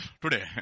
today